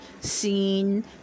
seen